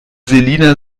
selina